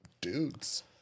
dudes